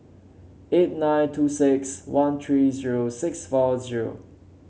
eight nine two six one three zero six four zero